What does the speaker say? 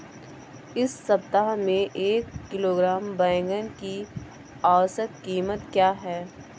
इस सप्ताह में एक किलोग्राम बैंगन की औसत क़ीमत क्या है?